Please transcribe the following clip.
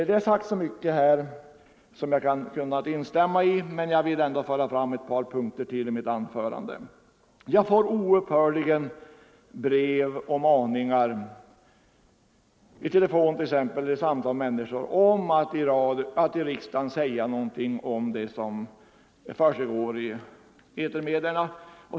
Det har under debatten sagts mycket som jag kunnat instämma i, men jag vill ändå ta upp ett par punkter ytterligare i mitt anförande. Jag får oupphörligen i brev, i telefon eller i samtal med människor uppmaningar om att i riksdagen säga någonting om det som försiggår i etermedia.